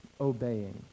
obeying